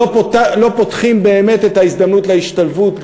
לא פותחים באמת את ההזדמנות להשתלבות,